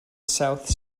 south